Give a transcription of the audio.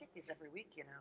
these every week, you know?